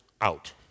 out